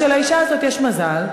שלאישה הזאת יש מזל,